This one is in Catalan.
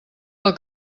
del